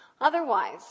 Otherwise